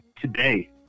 today